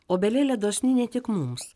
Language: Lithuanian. obelėlė dosni ne tik mums